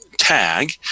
Tag